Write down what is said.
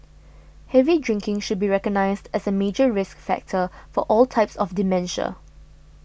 heavy drinking should be recognised as a major risk factor for all types of dementia